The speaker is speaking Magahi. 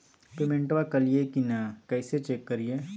पेमेंटबा कलिए की नय, कैसे चेक करिए?